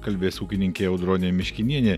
kalbės ūkininkė audronė miškinienė